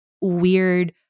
weird